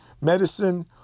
medicine